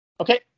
Okay